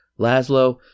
Laszlo